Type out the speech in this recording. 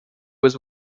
was